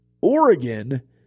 Oregon